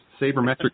Sabermetric